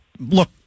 Look